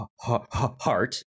Heart